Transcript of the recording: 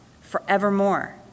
forevermore